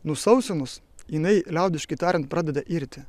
nusausinus jinai liaudiškai tariant pradeda irti